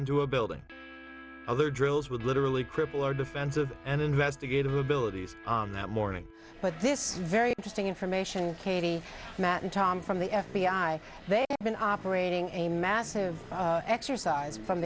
into a building other drills would literally cripple our defensive and investigative abilities on that morning but this very interesting information katie matt and tom from the f b i they're operating a massive exercise from